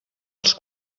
els